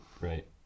Right